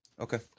Okay